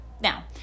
now